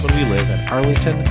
we live in arlington,